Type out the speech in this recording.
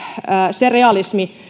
se realismi